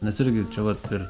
mes irgi čia vat ir